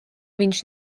viņš